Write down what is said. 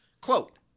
Quote